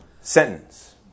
sentence